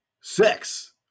Sex